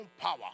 power